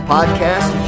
Podcast